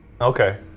Okay